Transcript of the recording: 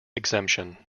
exemption